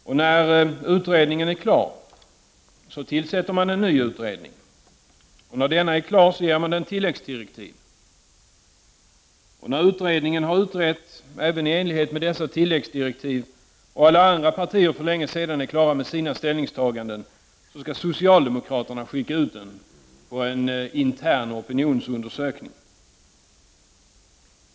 Och när utredningen är klar så tillsätter de en ny utredning. Och när denna är klar så ger de den tilläggsdirektiv. Och när utredningen har utrett även i enlighet med dessa tilläggsdirektiv — och alla andra partier för länge sedan är klara med sina ställningstaganden — skall socialdemokraterna skicka ut den på en intern opinionsundersökning.